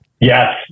Yes